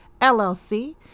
LLC